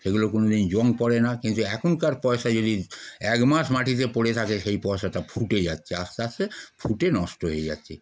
সেগুলো কোনো দিন জং পড়ে না কিন্তু এখনকার পয়সা যদি এক মাস মাটিতে পড়ে থাকে সেই পয়সাটা ফুটে যাচ্ছে আস্তে আস্তে ফুটে নষ্ট হয়ে যাচ্ছে